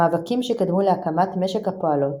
המאבקים שקדמו להקמת משק הפועלות,